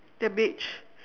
they're beige